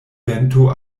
vento